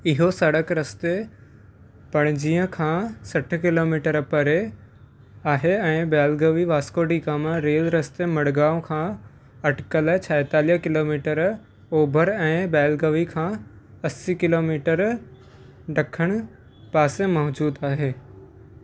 इहो सड़क रस्ते पणजीअ खां सठ किलोमीटर परे आहे ऐं बेलगवी वास्को डी गामा रेल रस्ते मडगांव खां अटिकल छहतालीह किलोमीटर ओभर ऐं बेलगवी खां असी किलोमीटर ॾखणु पासे मौज़ूदु आहे